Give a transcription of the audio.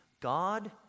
God